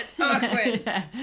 Awkward